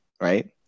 right